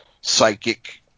psychic